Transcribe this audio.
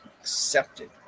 Accepted